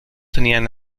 tenían